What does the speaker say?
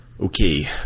Okay